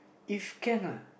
if can lah